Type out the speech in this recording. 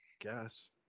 Guess